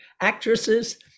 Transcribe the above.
actresses